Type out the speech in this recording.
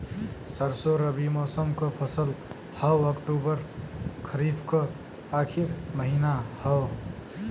सरसो रबी मौसम क फसल हव अक्टूबर खरीफ क आखिर महीना हव